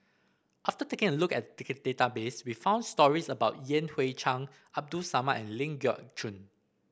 after taking a look at the database we found stories about Yan Hui Chang Abdul Samad and Ling Geok Choon